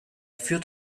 führt